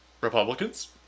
Republicans